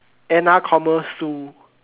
Anna comma Sue